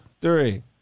three